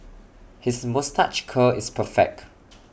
his moustache curl is perfect